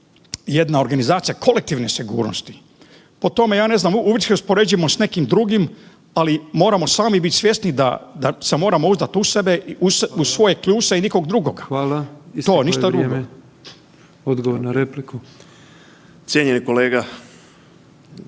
jedna organizacija kolektivne sigurnosti. Po tome ja ne znam uvijek se uspoređujemo s nekim drugim, ali moramo sami biti svjesni da se moramo uzdati u sebe, u svoje kljuse i nikog drugog …/Upadica: Hvala, isteklo